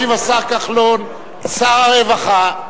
ישיב השר כחלון, שר הרווחה.